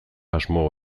asmo